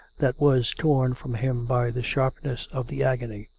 that was torn from him by the sharpness of the agony.